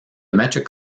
metric